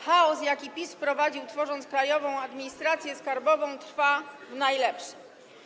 Chaos, jaki PiS wprowadził, tworząc Krajową Administrację Skarbową, trwa w najlepsze.